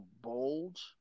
bulge